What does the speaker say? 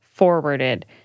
forwarded